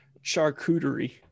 Charcuterie